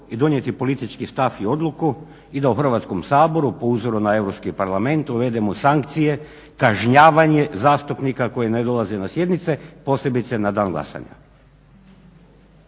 i donijeti politički stav i odluku i da u Hrvatskom saboru, po uzoru na Europski parlament, uvedemo sankcije, kažnjavanje zastupnika koji ne dolaze na sjednice, posebice na dan glasanja?